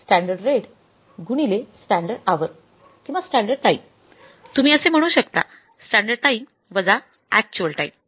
standard rate गुणिले standard hour किंवास्टँडर्ड time तुम्ही असे म्हणू शकता स्टँडर्ड टाइम वजा अक्चुअल टाइम